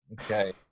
Okay